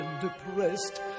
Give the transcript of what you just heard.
depressed